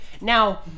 Now